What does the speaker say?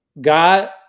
God